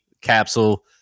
Capsule